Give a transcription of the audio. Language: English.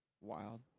wild